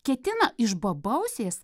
ketina iš bobausės